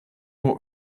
what